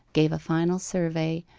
gave a final survey,